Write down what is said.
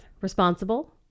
Responsible